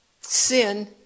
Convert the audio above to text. sin